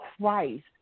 Christ